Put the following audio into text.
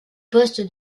poste